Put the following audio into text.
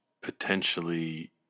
potentially